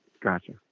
Gotcha